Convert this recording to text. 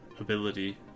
ability